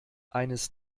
eines